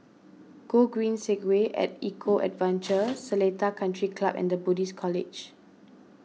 Gogreen Segway at Eco Adventure Seletar Country Club and the Buddhist College